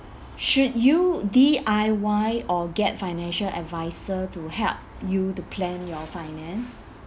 should you D_I_Y or get financial advisor to help you to plan your finance